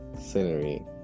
scenery